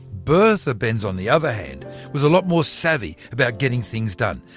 bertha benz on the other hand was a lot more savvy about getting things done!